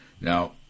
Now